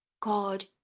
God